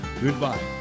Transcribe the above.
Goodbye